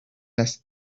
less